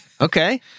Okay